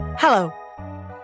Hello